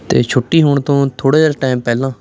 ਅਤੇ ਛੁੱਟੀ ਹੋਣ ਤੋਂ ਥੋੜ੍ਹਾ ਜਿਹਾ ਟਾਈਮ ਪਹਿਲਾਂ